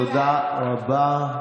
תודה רבה.